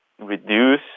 reduce